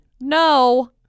no